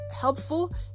helpful